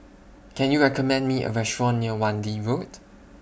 Can YOU recommend Me A Restaurant near Wan Lee Road